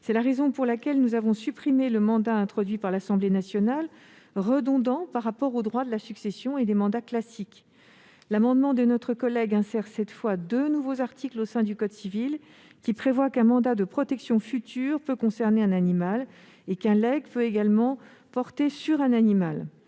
C'est la raison pour laquelle nous avons supprimé le mandat introduit par l'Assemblée nationale, redondant par rapport au droit de la succession et des mandats classiques. L'amendement de notre collègue tend à insérer deux nouveaux articles au sein du code civil, qui prévoient qu'un mandat de protection future peut concerner un animal et qu'un legs peut également porter sur un animal.